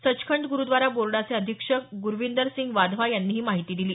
सचखंड गुरूद्वारा बोर्डाचे अधिक्षक ग्रविंदरसिंघ वाधवा यांनी ही माहिती दिली आहे